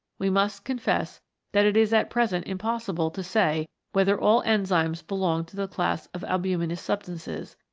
we must confess that it is at present impossible to say whether all enzymes belong to the class of al buminous substances,